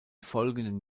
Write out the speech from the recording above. folgenden